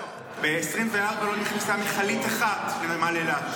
ב-2024 לא נכנסה מכלית אחת לנמל אילת.